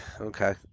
Okay